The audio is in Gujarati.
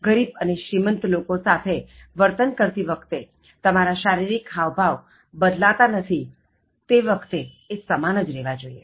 ગરીબ અને શ્રીમંત લોકો સાથે વર્તન કરતી વખતે તમારા શારીરિક હાવભાવ બદલાતા નથી તે વખતે એ સમાન જ રહેવા જોઇએ